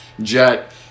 Jet